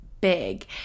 big